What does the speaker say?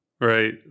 right